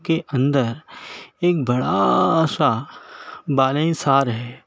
کے اندر ایک بڑا سا بالا حصار ہے